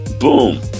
Boom